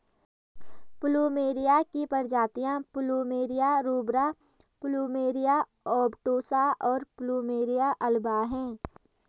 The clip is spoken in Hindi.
प्लूमेरिया की प्रजातियाँ प्लुमेरिया रूब्रा, प्लुमेरिया ओबटुसा, और प्लुमेरिया अल्बा हैं